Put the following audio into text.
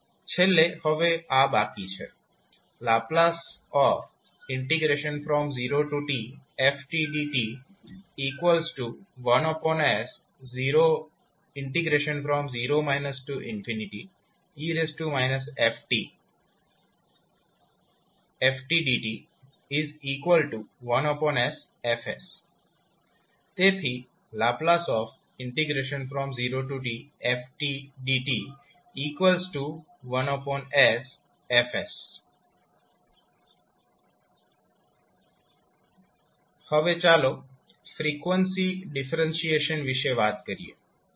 છેલ્લે હવે આ બાકી છે ℒ 0tfdt 1s0 e stfdt 1sF ℒ 0tfdt1sF હવે ચાલો ફ્રીક્વન્સી ડિફરેન્શીએશન વિશે વાત કરીએ